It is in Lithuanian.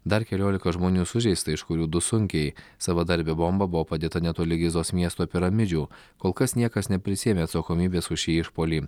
dar keliolika žmonių sužeista iš kurių du sunkiai savadarbė bomba buvo padėta netoli gizos miesto piramidžių kol kas niekas neprisiėmė atsakomybės už šį išpuolį